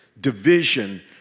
division